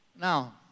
Now